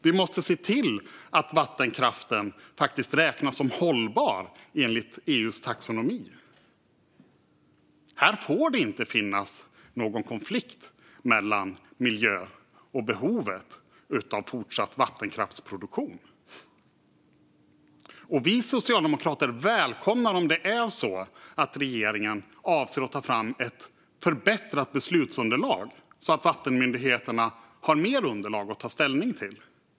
Vi måste se till att vattenkraften räknas som hållbar enligt EU:s taxonomi. Här får det inte finnas någon konflikt mellan miljö och behovet av fortsatt vattenkraftsproduktion. Vi socialdemokrater välkomnar om det är så att regeringen avser att ta fram ett förbättrat beslutsunderlag så att vattenmyndigheterna har mer underlag att ta ställning till.